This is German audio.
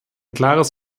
klares